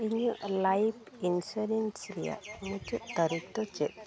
ᱤᱧᱟᱹᱜ life insurance ᱨᱮᱭᱟᱜ ᱢᱩᱪᱟᱹᱫ ᱛᱟᱹᱨᱤᱠᱷᱫᱚ ᱪᱮᱫ